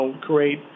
great